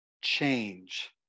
change